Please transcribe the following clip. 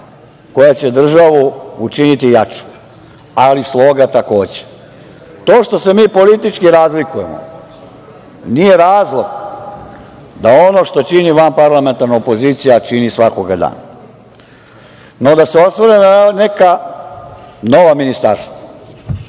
koja će državu učiniti jakom, ali sloga takođe. To što se mi politički razlikujemo nije razlog da ono što čini vanparlamentarna opozcija čini svakog dana.No, da se osvrnem na neka nova ministarstva. Živim